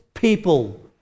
People